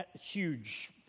huge